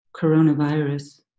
coronavirus